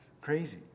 crazy